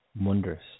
wondrous